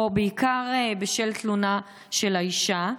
או בעיקר בשל תלונה של האישה?